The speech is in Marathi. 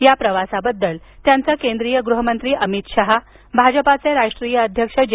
या प्रवासाबद्दल त्यांचे केंद्रीय गृहमंत्री अमित शहा भाजपाचे राष्ट्रीय अध्यक्ष जे